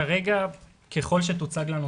מצטער שאני לא יכול להגיב לזה.